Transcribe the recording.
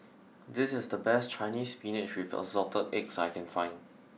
this is the best Chinese Spinach with Assorted Eggs I can find